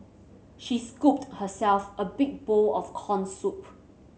she scooped herself a big bowl of corn soup